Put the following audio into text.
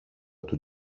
του